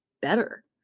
better